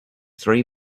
three